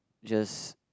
just